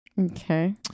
Okay